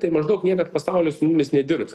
tai maždaug niekad pasaulis su mumis nedirbs